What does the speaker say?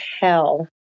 hell